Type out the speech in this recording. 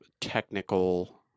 technical